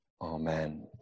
Amen